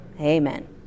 Amen